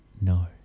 No